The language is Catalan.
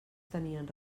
tenien